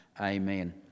Amen